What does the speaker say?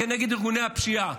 כנגד ארגוני הפשיעה.